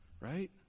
right